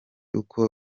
uko